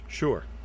Sure